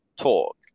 talk